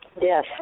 Yes